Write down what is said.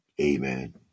Amen